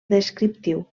descriptiu